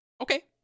Okay